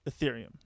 Ethereum